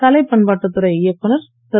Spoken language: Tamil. கலை பண்பாட்டுத் துறை இயக்குநர் திரு